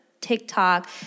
TikTok